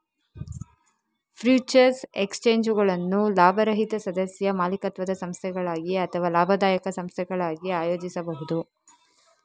futures ಎಕ್ಸ್ಚೇಂಜುಗಳನ್ನು ಲಾಭರಹಿತ ಸದಸ್ಯ ಮಾಲೀಕತ್ವದ ಸಂಸ್ಥೆಗಳಾಗಿ ಅಥವಾ ಲಾಭದಾಯಕ ಸಂಸ್ಥೆಗಳಾಗಿ ಆಯೋಜಿಸಬಹುದು